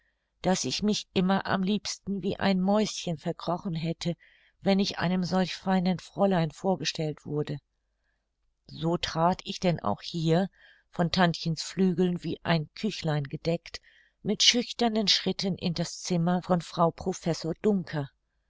daß ich mich immer am liebsten wie ein mäuschen verkrochen hätte wenn ich einem solch feinen fräulein vorgestellt wurde so trat ich denn auch hier von tantchens flügeln wie ein küchlein gedeckt mit schüchternen schritten in das zimmer von frau professor dunker